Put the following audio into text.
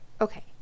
Okay